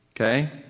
Okay